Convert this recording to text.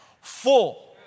full